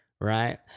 right